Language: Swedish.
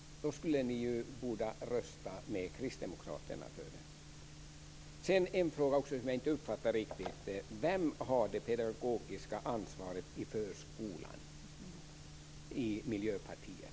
Då borde ni ju rösta med Kristdemokraterna. Sedan uppfattade jag inte riktigt vem som har det pedagogiska ansvaret i förskolan enligt Miljöpartiet.